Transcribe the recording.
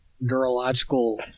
neurological